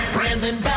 Brandon